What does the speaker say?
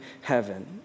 heaven